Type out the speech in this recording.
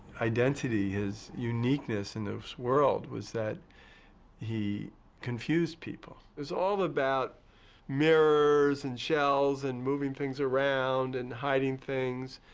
identity, his uniqueness in this world was that he confused people. it was all about mirrors and shells and moving things around and hiding things.